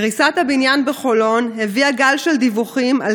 קריסת הבניין בחולון הביאה גל של דיווחים על